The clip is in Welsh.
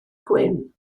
gwyn